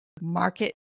market